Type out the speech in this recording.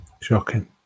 Shocking